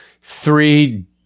Three